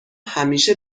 همیشه